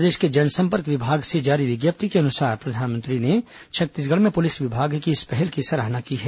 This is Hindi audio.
प्रदेश के जनसंपर्क विभाग से जारी विज्ञप्ति के अनुसार प्रधानमंत्री ने छत्तीसगढ़ में पुलिस विभाग की इस पहल की सराहना की है